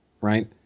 right